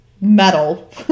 metal